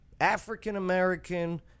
African-American